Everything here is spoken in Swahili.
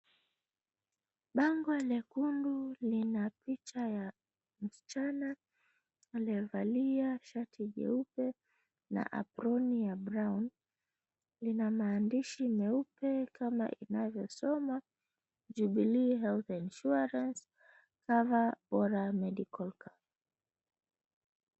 Bango jekundu lina picha ya msichana aliyevalia shati jeupe na aproni ya brown lina mahandishi meupe kama inavyosomwa, Jubilee House Insurance Cover Bora Medical Camp.